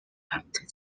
after